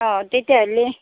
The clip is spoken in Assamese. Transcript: অঁ তেতিয়া হ'লি